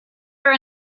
were